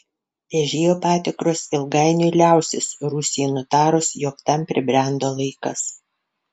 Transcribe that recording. vežėjų patikros ilgainiui liausis rusijai nutarus jog tam pribrendo laikas